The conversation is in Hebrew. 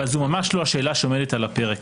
אבל זו ממש לא השאלה שעומדת על הפרק.